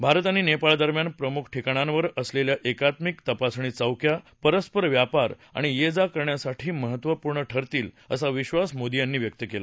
भारत आणि नेपाळदरम्यान प्रमुख ठिकाणांवर असलेल्या एकात्मिक तपासणी चौक्या परस्पर व्यापार आणि ये जा करण्यासाठी महत्वपूर्ण ठरतील असा विद्वास मोदी यांनी व्यक्त केला